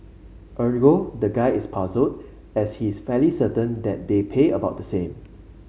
ergo the guy is puzzled as he's fairly certain that they pay about the same